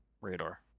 radar